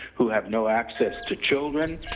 who have no access to children.